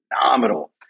phenomenal